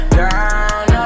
down